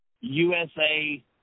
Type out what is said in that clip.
USA